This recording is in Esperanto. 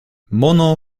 mono